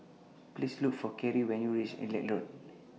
Please Look For Keri when YOU REACH Lilac Road